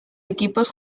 equipos